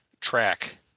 Track